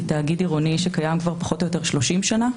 שהיא תאגיד עירוני שקיים כבר פחות או יותר 30 שנה.